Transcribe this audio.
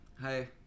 hi